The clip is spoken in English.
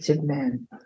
men